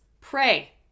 Pray